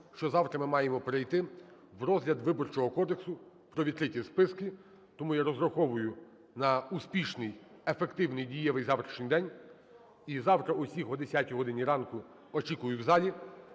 що завтра ми маємо перейти в розгляд Виборчого кодексу про відкриті списки, тому я розраховую на успішний, ефективний, дієвий завтрашній день. І завтра усіх о 10 годині ранку очікую в залі.